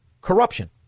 corruption